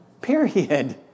Period